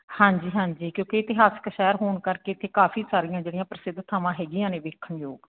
ਹਾਂਜੀ ਹਾਂਜੀ ਕਿਉਂਕਿ ਇਤਿਹਾਸਿਕ ਸ਼ਹਿਰ ਹੋਣ ਕਰਕੇ ਇੱਥੇ ਕਾਫੀ ਸਾਰੀਆਂ ਜਿਹੜੀਆਂ ਪ੍ਰਸਿੱਧ ਥਾਵਾਂ ਹੈਗੀਆਂ ਨੇ ਵੇਖਣ ਯੋਗ